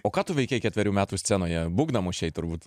o ką tu veikei ketverių metų scenoje būgną mušei turbūt